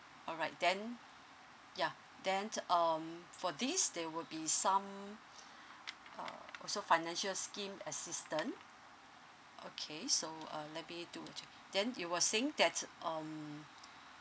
all right then yeah then um for this there would be some uh also financial scheme assistance okay so uh let me do a check then you were saying that um